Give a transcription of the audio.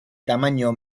tamaño